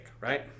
right